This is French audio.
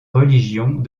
religions